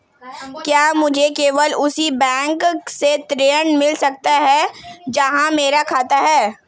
क्या मुझे केवल उसी बैंक से ऋण मिल सकता है जहां मेरा खाता है?